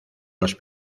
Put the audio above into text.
los